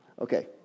Okay